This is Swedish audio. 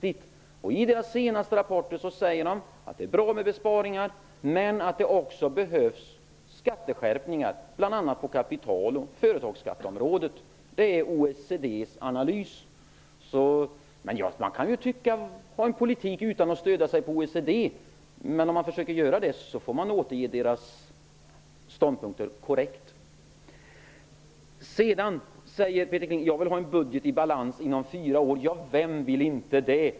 I de senaste rapporterna säger man att det är bra med besparingar men att det också behövs skatteskärpningar, bl.a. på kapital och företagsskatteområdet. Det är OECD:s analys. Man kan föra en politik utan att stödja sig på OECD, men om man försöker göra det skall man återge dess ståndpunkter korrekt. Peter Kling sade att han vill ha en budget i balans inom fyra år. Vem vill inte det!